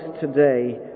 today